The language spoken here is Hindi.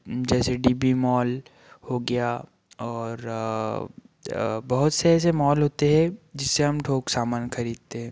जैसे डी बी मॉल हो गया और बहुत से ऐसे मॉल होते हैं जिससे हम थोक सामान खरीदते हैं